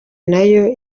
nayo